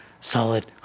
solid